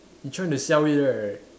he trying to sell it right